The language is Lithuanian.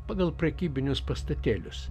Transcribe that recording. pagal prekybinius pastatėlius